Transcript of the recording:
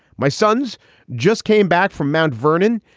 my sons just came back from mount vernon.